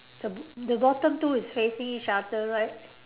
the b~ the bottom two is facing each other right